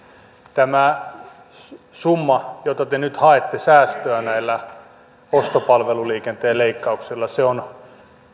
tämä summa säästö jota te nyt haette näillä ostopalveluliikenteen leikkauksilla on